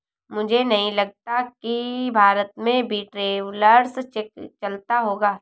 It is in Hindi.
मुझे नहीं लगता कि भारत में भी ट्रैवलर्स चेक चलता होगा